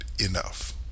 enough